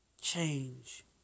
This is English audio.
change